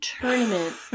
tournament